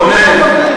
רונן,